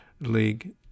League